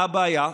מה הבעיה?